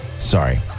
Sorry